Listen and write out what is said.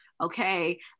okay